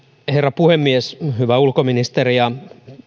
herra puhemies hyvä ulkoministeri ja